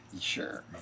Sure